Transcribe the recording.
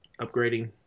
upgrading